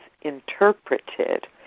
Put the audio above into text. interpreted